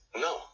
no